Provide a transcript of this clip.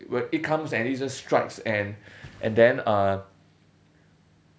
when it comes and it just strikes and and then uh